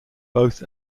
both